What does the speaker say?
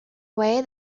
away